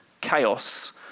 chaos